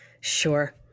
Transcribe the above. Sure